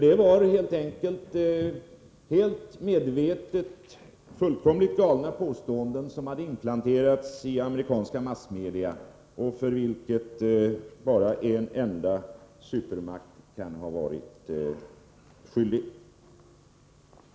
Det var helt enkelt fullkomligt galna påståenden, som medvetet hade inplanterats i amerikanska massmedia och till vilka bara en annan supermakt kan ha varit skyldig.